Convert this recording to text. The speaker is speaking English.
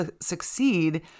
succeed